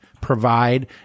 provide